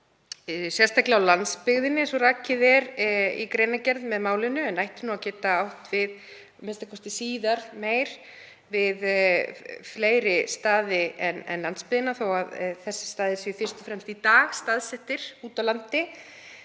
sérstaklega á landsbyggðinni eins og rakið er í greinargerð með málinu, en ætti að geta átt, a.m.k. síðar meir, við fleiri staði en landsbyggðina þótt þessir staðir séu fyrst og fremst í dag úti á landi.